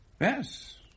Yes